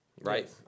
right